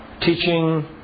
Teaching